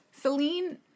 Celine